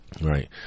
Right